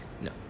No